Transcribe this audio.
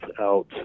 out